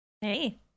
Hey